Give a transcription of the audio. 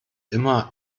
immer